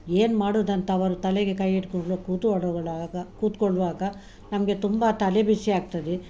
ಏನು ಮಾಡುದಂತ ಅವರು ತಲೆಗೆ ಕೈ ಹಿಡ್ಕೊಂಡು ಕೂತ್ಕೊಳ್ಳುವಾಗ ನಮಗೆ ತುಂಬಾ ತಲೆ ಬಿಸಿ ಆಗ್ತದೆ